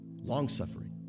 Long-suffering